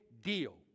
deal